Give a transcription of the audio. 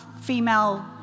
female